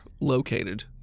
Located